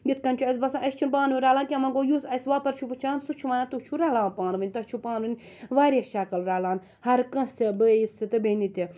یِتھ کنۍ چھُ اَسہِ باسان أسۍ چھِ نہٕ پانہٕ ؤنۍ رَلان کینٛہہ وۄنۍ گوٚو یُس اَسہِ ووٚپَر چھُ وٕچھان سُہ چھُ وَنان تُہۍ چھو رَلان پانہٕ ؤنۍ تۄہہِ چھو پانہٕ ؤنۍ واریاہ شکل رَلان ہر کٲنٛسہِ بٲیِس تِتہِ بیٚنہِ تہِ